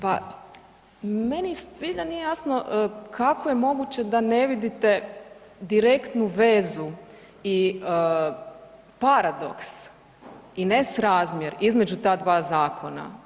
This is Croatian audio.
Pa meni zbilja nije jasno kako je moguće da ne vidite direktnu vezu i paradoks i nesrazmjer između ta dva zakona.